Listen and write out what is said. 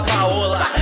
Paola